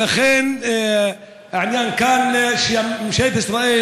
ולכן העניין כאן, שממשלת ישראל